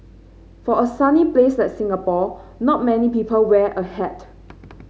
for a sunny place like Singapore not many people wear a hat